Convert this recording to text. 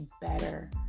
better